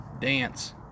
dance